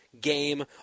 game